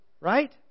Right